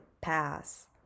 pass